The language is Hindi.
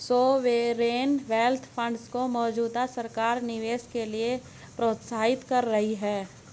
सॉवेरेन वेल्थ फंड्स को मौजूदा सरकार निवेश के लिए प्रोत्साहित कर रही है